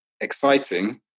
exciting